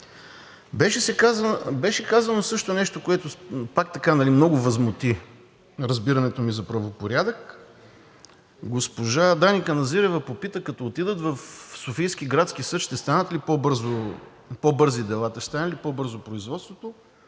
Беше казано също нещо, което много възмути разбирането ми за правопорядък. Госпожа Дани Каназирева попита: като отидат в Софийския градски съд, ще станат ли по-бързи делата, ще стане ли по-бързо производството.